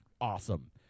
awesome